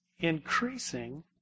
Increasing